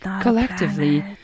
collectively